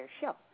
show